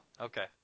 Okay